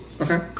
Okay